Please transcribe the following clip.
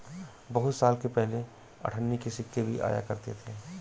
बहुत साल पहले अठन्नी के सिक्के भी आया करते थे